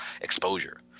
exposure